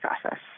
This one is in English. process